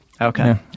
Okay